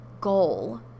goal